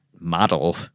model